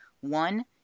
one